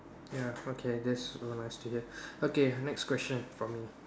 ya okay that's very nice to hear okay next question from me